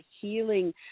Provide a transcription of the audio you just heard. healing